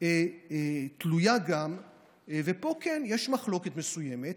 גם תלויה בפיצוי, ופה, כן, יש מחלוקת מסוימת.